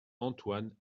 antoine